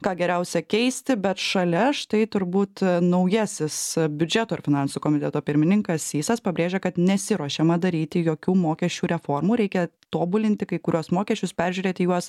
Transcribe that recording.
ką geriausia keisti bet šalia štai turbūt naujasis biudžeto ir finansų komiteto pirmininkas sysas pabrėžia kad nesiruošiama daryti jokių mokesčių reformų reikia tobulinti kai kuriuos mokesčius peržiūrėti juos